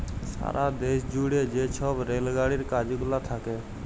সারা দ্যাশ জুইড়ে যে ছব রেল গাড়ির কাজ গুলা থ্যাকে